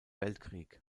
weltkrieg